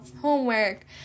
homework